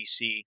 DC